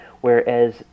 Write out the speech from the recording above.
whereas